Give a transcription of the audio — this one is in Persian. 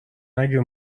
نگیر